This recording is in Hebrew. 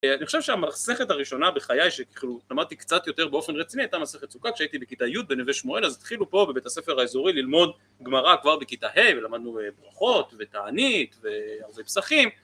אני חושב שהמסכת הראשונה בחיי, שלמדתי קצת יותר באופן רציני, הייתה מסכת סוכות, כשהייתי בכיתה י' בנווה שמואל, אז התחילו פה, בבית הספר האזורי, ללמוד גמרא כבר בכיתה ה', ולמדנו ברכות וטענית והרבה פסחים.